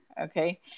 okay